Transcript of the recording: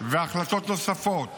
והחלטות נוספות